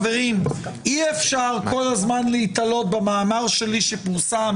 אי אפשר כל הזמן להיתלות במאמר שלי שפורסם